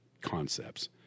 concepts